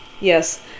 Yes